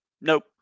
nope